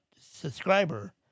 subscriber